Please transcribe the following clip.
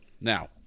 Now